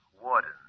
Warden